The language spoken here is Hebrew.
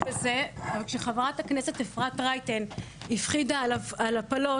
אבל כשחברת הכנסת אפרת רייטן הפחידה על הפלות,